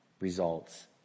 results